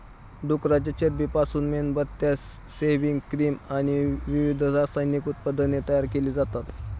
डुकराच्या चरबीपासून मेणबत्त्या, सेव्हिंग क्रीम आणि विविध रासायनिक उत्पादने तयार केली जातात